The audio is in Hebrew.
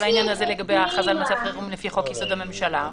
כל העניין הזה לגבי הכרזה על מצב חירום לפי חוק יסוד: הממשלה,